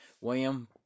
William